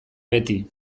beti